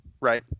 right